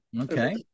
Okay